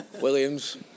Williams